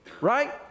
right